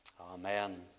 amen